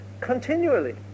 continually